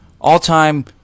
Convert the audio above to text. all-time